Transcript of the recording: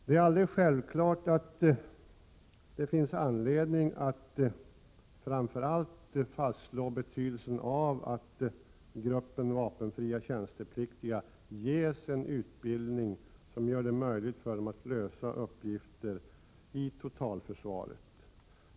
Det är aldrig självklart att det finns anledning att framför allt fastslå betydelsen av att gruppen vapenfria tjänstepliktiga ges en utbildning som gör det möjligt för dem att lösa uppgifter i totalförsvaret.